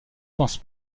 pense